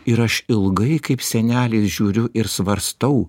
ir aš ilgai kaip sienelės žiūriu ir svarstau